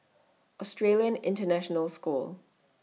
Australian International School